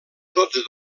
tots